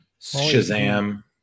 Shazam